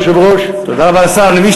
תודה רבה, אדוני היושב-ראש.